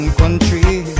country